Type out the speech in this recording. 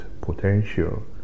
potential